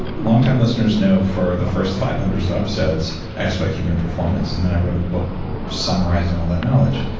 longtime listeners know for the first five hundred or so episodes, i asked about human performance and then i wrote a book summarizing all that knowledge.